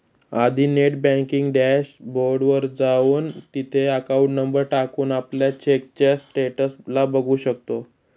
आधी net banking dashboard वर जाऊन, तिथे अकाउंट नंबर टाकून, आपल्या चेकच्या स्टेटस ला बघू शकतो